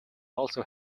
also